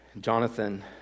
Jonathan